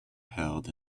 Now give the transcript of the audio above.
held